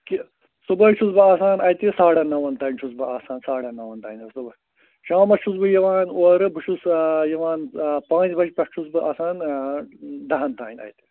کہِ صُبحٲے چھُس بہٕ آسان اَتہِ ساڑَن نَوَن تام چھُس بہٕ آسان ساڑَن نَوَن تام حظ صُبح شامَس چھُس بہٕ یِوان اورٕ بہٕ چھُس یِوان پانٛژِ بَجہِ پٮ۪ٹھ چھُس بہٕ آسان دَہَن تام اَتہِ